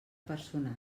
personal